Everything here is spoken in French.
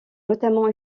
notamment